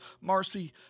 Marcy